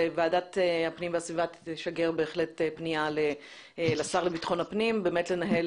וועדת הפנים והגנת הסביבה תשגר פנייה לשר לביטחון הפנים לנהל